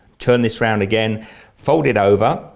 turn this round again fold it over,